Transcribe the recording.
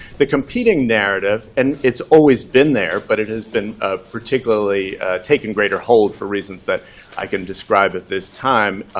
the competing narrative, and it's always been there, but it has been ah particularly taken greater hold for reasons that i can describe if there's time,